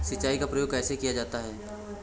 सिंचाई का प्रयोग कैसे किया जाता है?